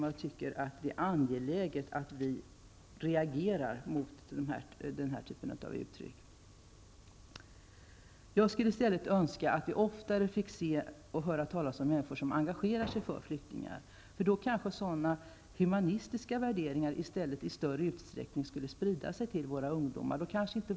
Jag tycker det är angeläget att vi reagerar mot den här typen av yttringar. Jag skulle önska att vi oftare fick se och höra talas om människor som engagerar sig för flyktingar. Då skulle kanske sådana humanitära värderingar i större utsträckning sprida sig till våra ungdomar.